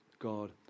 God